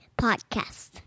podcast